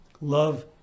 Love